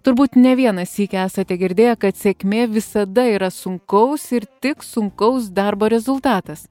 turbūt ne vieną sykį esate girdėję kad sėkmė visada yra sunkaus ir tik sunkaus darbo rezultatas